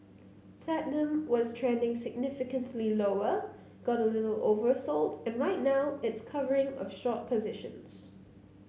platinum was trending significantly lower got a little oversold and right now it's covering of short positions